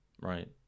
right